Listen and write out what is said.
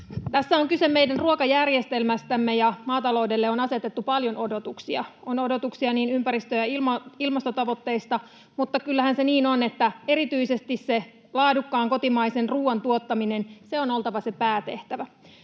Tässä on kyse meidän ruokajärjestelmästämme, ja maataloudelle on asetettu paljon odotuksia — on odotuksia niin ympäristö- kuin ilmastotavoitteista — mutta kyllähän se niin on, että erityisesti sen laadukkaan kotimaisen ruuan tuottamisen on oltava se päätehtävä.